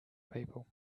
people